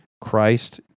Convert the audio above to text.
Christ